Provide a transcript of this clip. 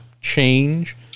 change